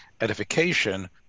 edification